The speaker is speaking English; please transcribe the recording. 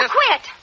quit